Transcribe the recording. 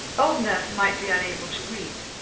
old nurse might be unable to read,